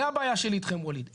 זו הבעיה שלי איתכם, ווליד.